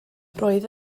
roedd